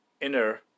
inner